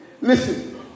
Listen